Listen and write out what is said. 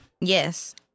Yes